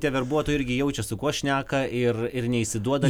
tie verbuotojai irgi jaučia su kuo šneka ir ir neišsiduoda